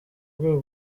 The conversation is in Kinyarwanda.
rwego